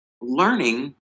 learning